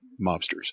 mobsters